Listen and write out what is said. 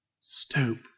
Stoop